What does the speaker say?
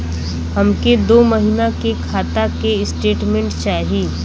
हमके दो महीना के खाता के स्टेटमेंट चाही?